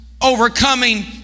overcoming